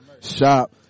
Shop